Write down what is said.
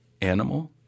animal